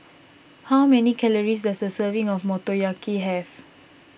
how many calories does a serving of Motoyaki have